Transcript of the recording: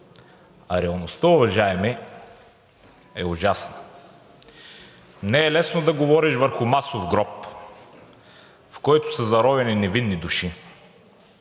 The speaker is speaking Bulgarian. а реалността, уважаеми, е ужасна. Не е лесно да говориш върху масов гроб, в който са заровени невинни души,